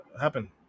happen